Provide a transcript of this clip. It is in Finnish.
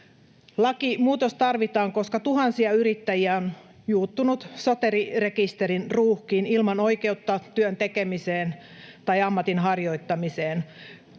Lakimuutos tarvitaan, koska tuhansia yrittäjiä on juuttunut Soteri-rekisterin ruuhkiin ilman oikeutta työn tekemiseen tai ammatin harjoittamiseen.